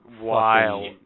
wild